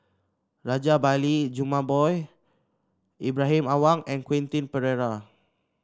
Rajabali Jumabhoy Ibrahim Awang and Quentin Pereira